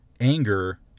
anger